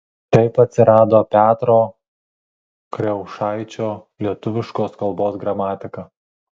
taip atsirado petro kriaušaičio lietuviškos kalbos gramatika